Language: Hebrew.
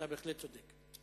אתה בהחלט צודק.